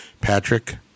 Patrick